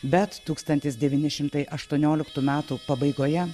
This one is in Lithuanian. bet tūkstantis devyni šimtai aštuonioliktų metų pabaigoje